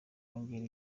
kongera